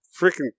freaking